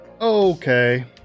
Okay